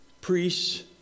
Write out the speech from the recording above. priests